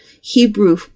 Hebrew